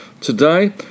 today